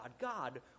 God